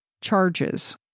charges